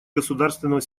государственного